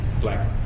Black